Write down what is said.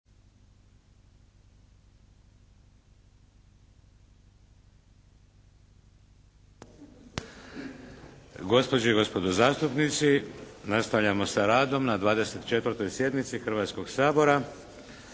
Gospođe i gospodo zastupnici nastavljamo sa radom na 24. sjednici Hrvatskog sabora